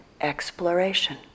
exploration